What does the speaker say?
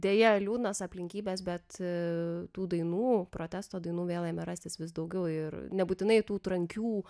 deja liūdnos aplinkybės bet tų dainų protesto dainų vėl ėmė rastis vis daugiau ir nebūtinai tų trankių